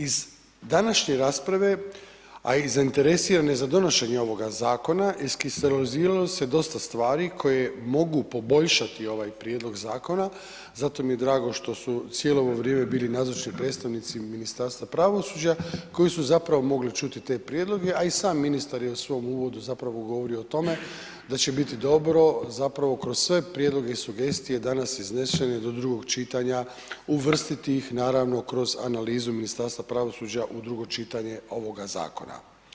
Iz današnje rasprave, a i zainteresiranih za donošenje ovoga zakona iskristaliziralo se dosta stvari koje mogu poboljšati ovaj prijedlog zakona, zato mi je drago što su cijelo ovo vrijeme bili nazočni predstavnici i Ministarstva pravosuđa, koji su zapravo mogli čuti te prijedloge, a i sam ministar je u svom uvodu govorio o tome, da će biti dobro zapravo kroz sve prijedloge i sugestije danas iznesene do 2. čitanja uvrstiti ih, naravno, kroz analizu Ministarstva pravosuđa u 2. čitanje ovoga zakona.